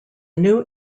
new